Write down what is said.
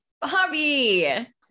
Bobby